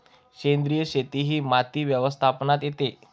सेंद्रिय शेती ही माती व्यवस्थापनात येते